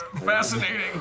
Fascinating